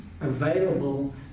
available